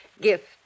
Gift